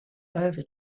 over